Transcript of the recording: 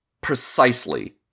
precisely